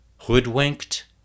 Hoodwinked